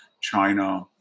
China